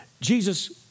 Jesus